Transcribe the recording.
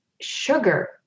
Sugar